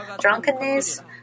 drunkenness